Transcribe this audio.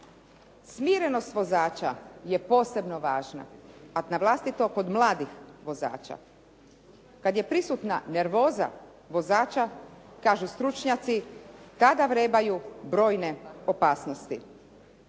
Smirenost vozača je posebno važna a na vlastito kod mladih vozača. Kada je prisutna nervoza vozača kažu stručnjaci tada vrebaju brojne opasnosti.